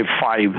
five